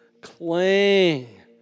cling